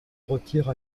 retire